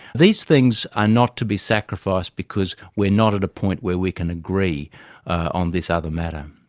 these things are not to be sacrificed because we're not at a point where we can agree on this other matter.